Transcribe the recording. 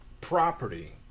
property